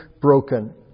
broken